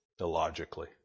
illogically